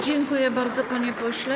Dziękuję bardzo, panie pośle.